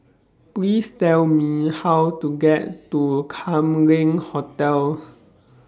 Please Tell Me How to get to Kam Leng Hotel